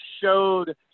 showed